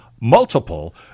multiple